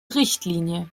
richtlinie